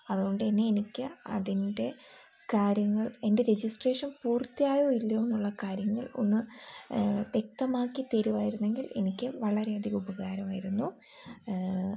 അതുകൊണ്ടുതന്നെ എനിക്ക് അതിൻ്റെ കാര്യങ്ങൾ എൻ്റെ രജിസ്ട്രേഷൻ പൂർത്തിയായോ ഇല്ലയോയെന്നുള്ള കാര്യങ്ങൾ ഒന്ന് വ്യക്തമാക്കി തരികയായിരുന്നെങ്കിൽ എനിക്ക് വളരെയധികം ഉപകാരമായിരുന്നു